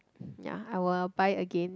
ya I'll buy again